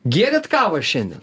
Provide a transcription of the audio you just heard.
gėrėt kavą šiandien